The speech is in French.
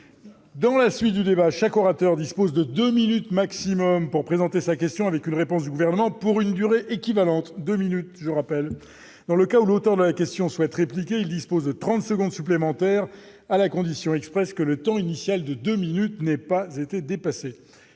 dans la suite du débat chaque orateur dispose de 2 minutes maximum pour présenter sa question avec une réponse du gouvernement pour une durée équivalente 2 minutes je rappelle dans le cas où l'Otan dans la question souhaite répliquer, il dispose de 30 secondes supplémentaires à la condition expresse que le temps initial de 2 minutes n'ait pas été dépassé